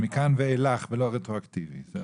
מכאן ואילך ולא רטרואקטיבי.